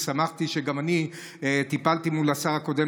ושמחתי שגם אני טיפלתי מול השר הקודם